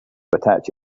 attach